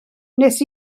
nes